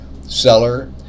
seller